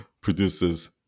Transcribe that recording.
produces